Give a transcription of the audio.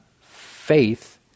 faith